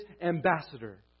ambassador